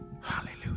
hallelujah